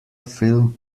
film